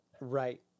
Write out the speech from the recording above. Right